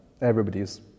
Everybody's